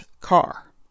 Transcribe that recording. car